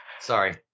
Sorry